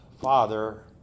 father